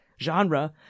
genre